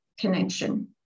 connection